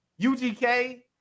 UGK